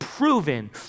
proven